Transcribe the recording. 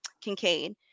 Kincaid